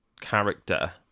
character